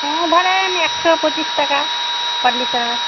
তা ধরেন একশো পঁচিশ টাকা কন্ডিশনার